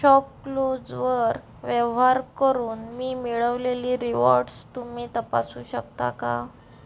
शॉपक्लूजवर व्यवहार करून मी मिळवलेली रिवॉर्डस तुम्ही तपासू शकता का